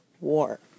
war